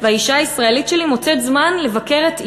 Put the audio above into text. והאישה הישראלית שלי מוצאת זמן לבקר את אמה,